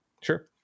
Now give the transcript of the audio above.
Sure